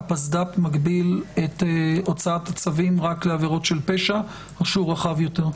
מגביל את הוצאת הצווים רק לעבירות של פשע או שהוא רחב יותר?